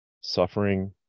suffering